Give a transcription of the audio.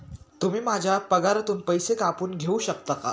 तुम्ही माझ्या पगारातून पैसे कापून घेऊ शकता का?